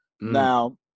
Now